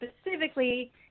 specifically